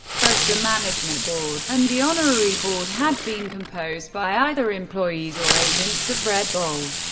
both the management board and the honorary board had been composed by either employees or agents of red bull.